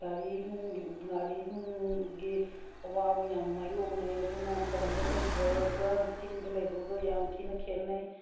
ꯒꯥꯔꯤ ꯒꯥꯔꯤ ꯅꯨꯡꯒꯤ ꯑꯋꯥꯕ ꯌꯥꯝ ꯃꯥꯏꯌꯣꯛꯅꯩ ꯑꯗꯨꯅ ꯇꯝꯗ ꯂꯩꯕꯒ ꯆꯤꯡꯗ ꯂꯩꯕꯒ ꯌꯥꯝ ꯊꯤꯅ ꯈꯦꯠꯅꯩ